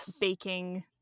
baking